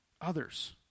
others